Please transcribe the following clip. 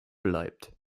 bleibt